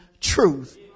truth